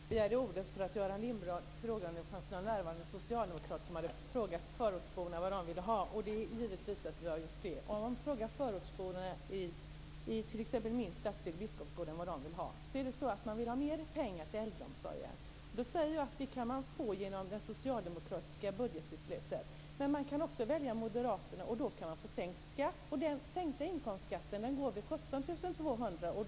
Herr talman! Jag begärde ordet för att Göran Lindblad frågade om det fanns några närvarande socialdemokrater som hade frågat förortsborna vad de ville ha. Givetvis har vi gjort det. Om man frågar förortsborna i t.ex. min stadsdel, Biskopsgården, vad de vill ha, säger de att de vill ha mer pengar till äldreomsorgen. Då säger jag att man kan få det genom det socialdemokratiska budgetförslaget. Men man kan också välja det moderata, och då kan man få sänkt skatt. Den sänkta inkomstskatten går vid 17 200 kr.